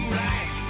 right